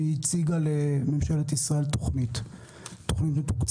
היא הציגה לממשלת ישראל תוכנית מתוקצבת.